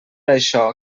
això